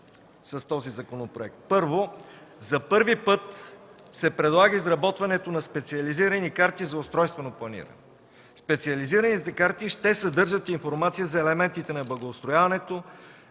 с този законопроект: За първи път се предлага изработването на специализирани карти за устройствено планиране. Специализираните карти ще съдържат информация за елементите на благоустрояването,